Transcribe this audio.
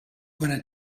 wanna